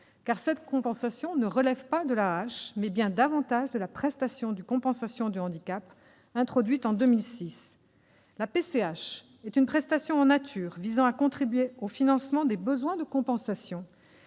car cette compensation relève non pas de l'AAH, mais davantage de la prestation de compensation du handicap, introduite en 2006. La PCH est une prestation en nature visant à contribuer au financement des besoins de compensation,